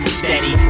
steady